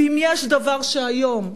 ואם יש דבר שהיום,